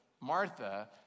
Martha